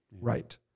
Right